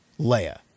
leia